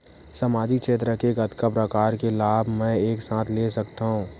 सामाजिक क्षेत्र के कतका प्रकार के लाभ मै एक साथ ले सकथव?